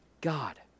God